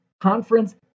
conference